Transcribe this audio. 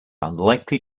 unlikely